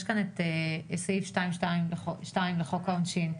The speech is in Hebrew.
יש כאן את סעיף 222 לחוק העונשין,